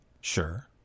Sure